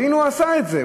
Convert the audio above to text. והנה, הוא עשה את זה.